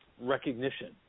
recognition